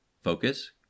Focus